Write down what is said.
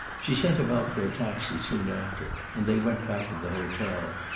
she sent him out for a taxi soon after, and they went back to the hotel.